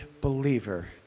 believer